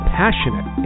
passionate